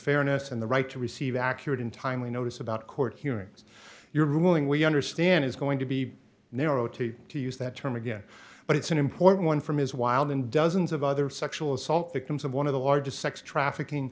fairness and the right to receive accurate and timely notice about court hearings your ruling we understand is going to be there ot to use that term again but it's an important one from his wild and dozens of other sexual assault victims of one of the largest sex trafficking